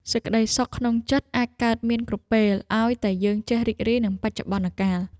សេចក្តីសុខក្នុងចិត្តអាចកើតមានគ្រប់ពេល ឱ្យតែយើងចេះរីករាយនឹងបច្ចុប្បន្នកាល។